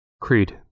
Creed